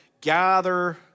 gather